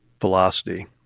velocity